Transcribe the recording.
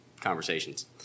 conversations